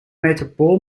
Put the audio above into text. metropool